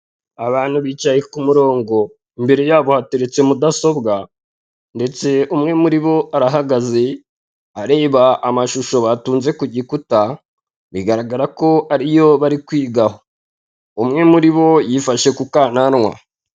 Abantu bicaye ku murongo, imbere yabo hateretse mudasobwa, ndetse umwe muri bo arahagaze, areba amashusho batunze ku gikuta, bigaragara ko ari yo bari kwigaho. Umwe muri bo yifashe ku kananwa.